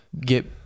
get